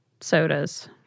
sodas